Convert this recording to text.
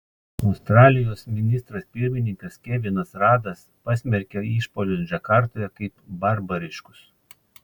australijos ministras pirmininkas kevinas radas pasmerkė išpuolius džakartoje kaip barbariškus